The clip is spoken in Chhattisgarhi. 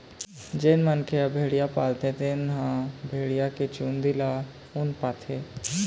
जेन मनखे ह भेड़िया पालथे तेन ह भेड़िया के चूंदी ले ऊन पाथे